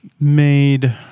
made